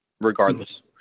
Regardless